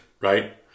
right